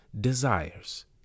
Desires